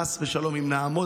חס ושלום אם נעמוד,